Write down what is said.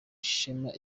ishema